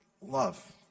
love